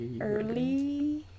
Early